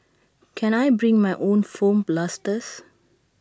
can I bring my own foam blasters